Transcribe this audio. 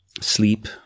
Sleep